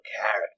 character